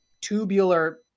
tubular